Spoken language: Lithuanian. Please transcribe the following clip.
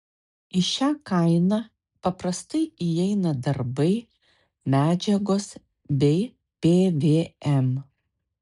į šią kainą paprastai įeina darbai medžiagos bei pvm